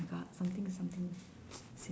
my god something is something